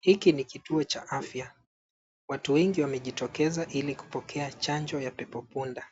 Hiki ni kituo cha afya. Watu wengi wamejitokeza ili kupokea chanjo ya pepopunda.